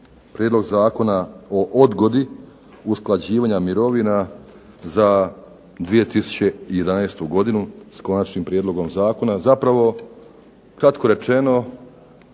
prijedlog Zakona o odgodi usklađivanja mirovina za 2011. godinu s konačnim prijedlogom zakona, zapravo kratko rečeno